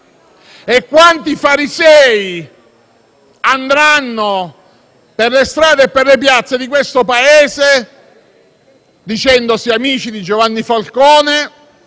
e quanti farisei andranno per le strade e per le piazze del Paese dicendosi amici di Giovanni Falcone